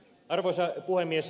arvoisa puhemies